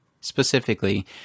specifically